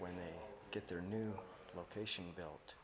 when they get their new location built